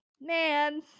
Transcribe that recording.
man